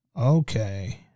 Okay